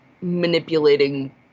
manipulating